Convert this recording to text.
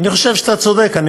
אני חושב שאתה צודק.